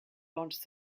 launched